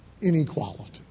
inequality